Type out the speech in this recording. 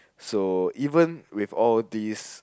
so even with all these